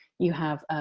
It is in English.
you have